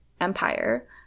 empire